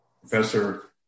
Professor